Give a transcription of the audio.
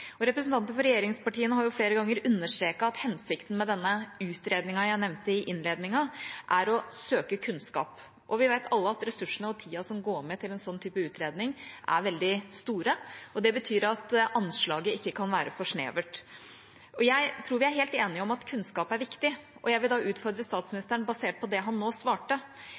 Representanter for regjeringspartiene har jo flere ganger understreket at hensikten med den utredningen jeg nevnte i innledningen, er å søke kunnskap, og vi vet alle at ressursene og tiden som går med til en slik type utredning, er veldig store, og det betyr at anslaget ikke kan være for snevert. Jeg tror vi er helt enige om at kunnskap er viktig, og jeg vil da utfordre statsministeren, basert på det han nå svarte,